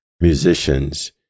musicians